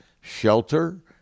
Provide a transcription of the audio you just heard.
shelter